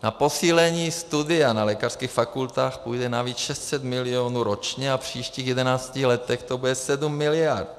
Na posílení studia na lékařských fakultách půjde navíc 600 milionů ročně a v příštích jedenácti letech to bude 7 miliard.